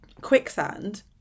Quicksand